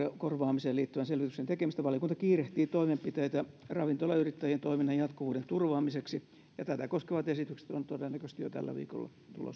korvaamiseen liittyvän selvityksen tekemistä valiokunta kiirehtii toimenpiteitä ravintolayrittäjien toiminnan jatkuvuuden turvaamiseksi tätä koskevat esitykset ovat todennäköisesti jo tällä viikolla